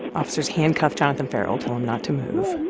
officers handcuff jonathan ferrell, tell him not to move